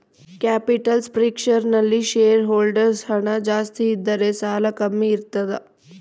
capital structure ನಲ್ಲಿ share holders ಹಣ ಜಾಸ್ತಿ ಇದ್ದರೆ ಸಾಲ ಕಮ್ಮಿ ಇರ್ತದ